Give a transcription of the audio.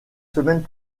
semaines